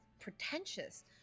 pretentious